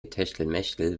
techtelmechtel